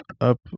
up